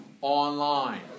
online